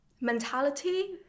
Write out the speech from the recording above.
mentality